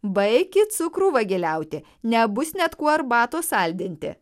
baikit cukrų vagiliauti nebus net kuo arbatos saldinti